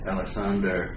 Alexander